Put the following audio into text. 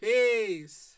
Peace